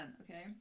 okay